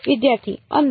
વિદ્યાર્થી અંદર